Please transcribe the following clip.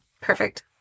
Perfect